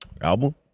album